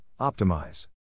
optimize